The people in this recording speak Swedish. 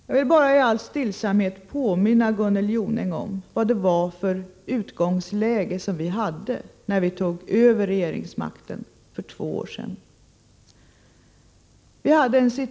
Jag vill bara helt stillsamt påminna Gunnel Jonäng om det utgångsläge som vi hade när vi tog över regeringsmakten för två år sedan.